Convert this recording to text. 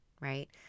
right